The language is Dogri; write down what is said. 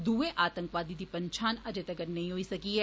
दुए आतंकवादी दी पंछान अजें तक्कर नेईं होई सकी ऐ